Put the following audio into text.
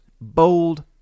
bold